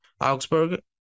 Augsburg